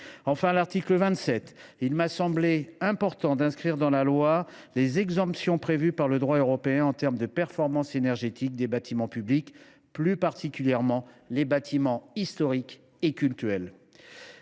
À l’article 27, il m’a semblé important d’inscrire les exemptions prévues par le droit européen en termes de performance énergétique des bâtiments publics, plus particulièrement les bâtiments historiques ou cultuels.